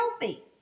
healthy